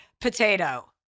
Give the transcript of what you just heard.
potato